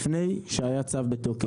לפי שהיה צו בתוקף.